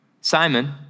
Simon